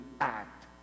act